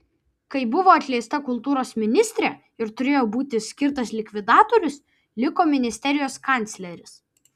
kai buvo atleista kultūros ministrė ir turėjo būti skirtas likvidatorius liko ministerijos kancleris